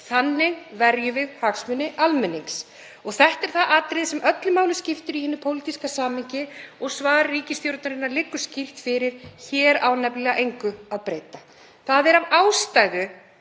Þannig verjum við hagsmuni almennings. Þetta er það atriði sem öllu máli skiptir í hinu pólitíska samhengi og svar ríkisstjórnarinnar liggur skýrt fyrir. Hér á nefnilega engu að breyta. Það er af ástæðu